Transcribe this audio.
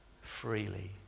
freely